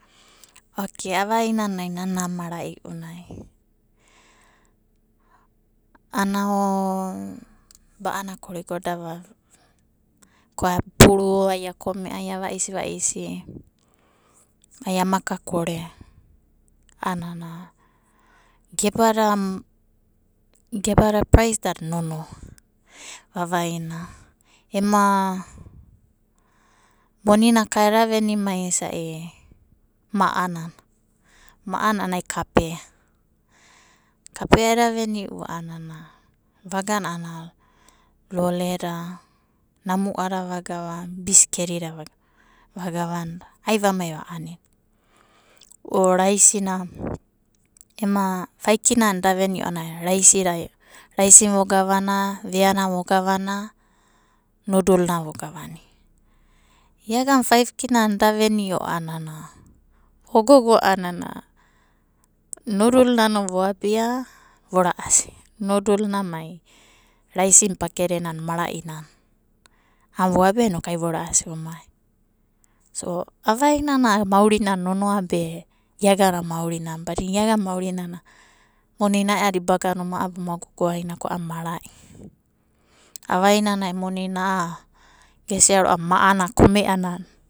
Okei avai nana marai ounana, ana ba'ana korikori da va, ko ai a puru, aia komea, ai a vaisi vaisi, ai a maka kore anana, gebada, gebada prais da nonoa, vavaina ema, moni naka eda venimai na isai ma'a nana, ma'anana ana kapea kapea eda veniu anana vagana ana lole da, namuada va gava, bisket, da vegavanda, ai vamai va ani. O raisi na, ema fai kina da eda venio ana raisi da, raisi na vogavania, vea na vo gavana, nudul na vo gavania. Ia gana fai kina na eda venio anana, vogogo anana nudul nano vo abidia vo ra'asi. Nudul na mai raisi na pakete na marainana, anana voabi inoku vo ra'asi vo mai. Avainana maurinana nonoabe iagana mauri nana. Badina iagana maorinana moni na ai adibagana oma abi oma gogaina ko ana marai. Avainana a gesia ma'ana kome'anana.